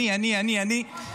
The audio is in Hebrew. אני, אני, אני, אני.